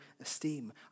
esteem